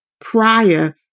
Prior